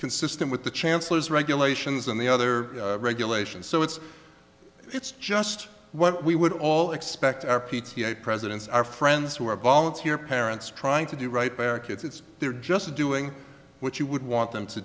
consistent with the chancellor's regulations and the other regulations so it's it's just what we would all expect our p t a presidents our friends who are volunteer parents trying to do right back it's they're just doing what you would want them to